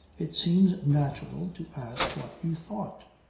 it seemed natural to ask what you thought.